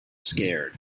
scared